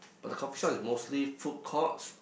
but the coffee shop is mostly food courts